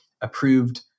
approved